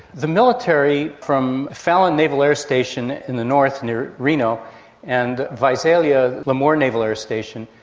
the military from fallon naval air station in the north near reno and visalia lemoore naval air station,